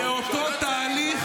זה שקר,